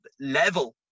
Level